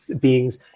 beings